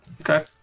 Okay